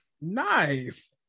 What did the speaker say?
Nice